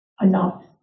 enough